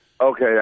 Okay